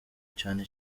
cyane